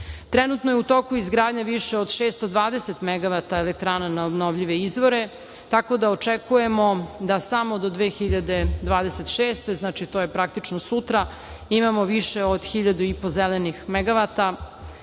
je u toku izgradnja više 620 megavata elektrana na obnovljive izvore, tako da očekujemo da samo do 2026. godine, znači to je praktično sutra, imamo više od 1.500